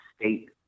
state